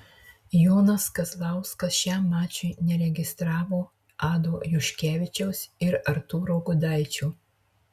jonas kazlauskas šiam mačui neregistravo ado juškevičiaus ir artūro gudaičio